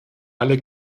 alle